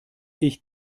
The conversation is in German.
ich